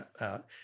out